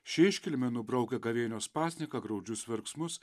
ši iškilmė nubraukia gavėnios pasninką graudžius verksmus